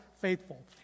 faithful